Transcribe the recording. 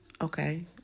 Okay